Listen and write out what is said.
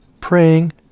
praying